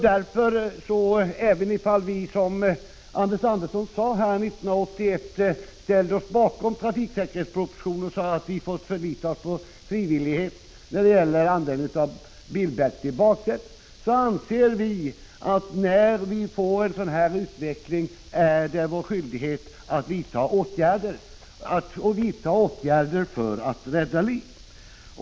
Därför anser vi — även om vi, som Anders Andersson sade, 1981 ställde oss bakom trafiksäkerhetspropositionen och sade att vi fick förlita oss på frivilligheten när det gäller användningen av bilbälte i baksätet — att det är vår skyldighet att vidta åtgärder för att vända på denna utveckling och för att rädda liv.